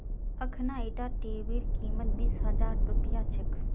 अखना ईटा टीवीर कीमत बीस हजार रुपया छेक